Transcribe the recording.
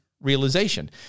realization